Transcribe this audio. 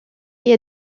est